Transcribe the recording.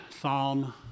psalm